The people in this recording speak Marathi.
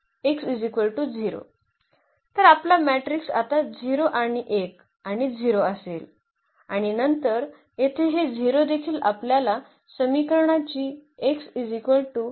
तर आपला मॅट्रिक्स आता 0 आणि 1 आणि 0 असेल आणि नंतर येथे हे 0 देखील आपल्या समीकरणाची आहे